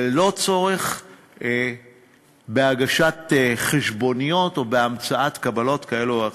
ללא צורך בהגשת חשבוניות או בהמצאת קבלות כאלו או אחרות.